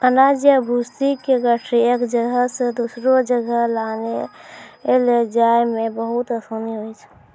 अनाज या भूसी के गठरी एक जगह सॅ दोसरो जगह लानै लै जाय मॅ बहुत आसानी होय छै